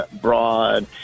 Broad